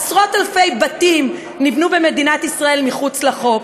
עשרות-אלפי בתים נבנו במדינת ישראל מחוץ לחוק,